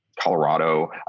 Colorado